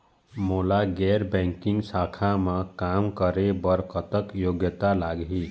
मोला गैर बैंकिंग शाखा मा काम करे बर कतक योग्यता लगही?